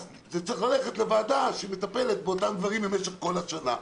אז זה צריך ללכת לוועדה שמטפלת באותם דברים במשך כל השנה.